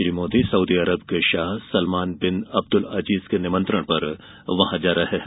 Shri Modi Saudi Arab के Shah Salman bin Abdul Aziz के निमंत्रण पर वहां जा रहे हैं